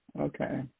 Okay